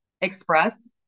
express